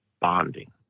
bonding